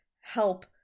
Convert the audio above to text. help